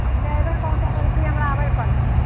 अपने अयबै पहुंचाबै लए कि हमरा आबै लए परतै